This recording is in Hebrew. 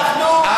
אנחנו ננצח.